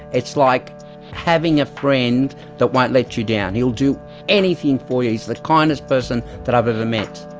it's like having a friend that won't let you down, he'll do anything for you. he is the kindest person that i have ever met.